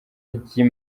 ry’i